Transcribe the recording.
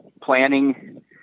planning